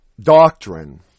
doctrine